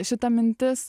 šita mintis